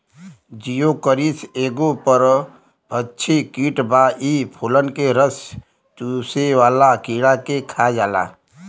Geocoris एगो परभक्षी कीट बा इ फूलन के रस चुसेवाला कीड़ा के खा जाला